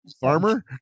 Farmer